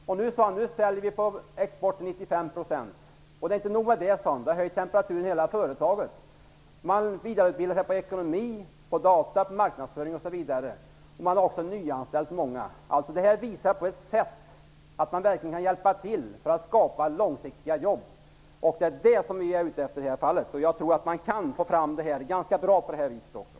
Företagaren sade att man nu säljer 95 % på export. Detta hade höjt temperaturen i hela företaget, och man vidareutbildar sig nu inom ekonomi, data, marknadsföring m.m. Man har också nyanställt många. Detta visar att man verkligen kan hjälpa till med att skapa långsiktiga jobb. Det är det som vi är ute efter i det här fallet. Jag tror att man kan åstadkomma detta också på det här sättet.